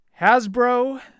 Hasbro